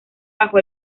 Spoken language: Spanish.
bajo